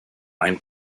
ein